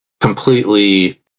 completely